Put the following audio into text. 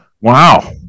Wow